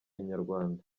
inyarwanda